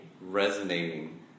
resonating